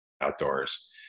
outdoors